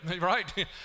right